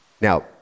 Now